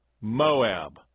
Moab